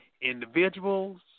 individuals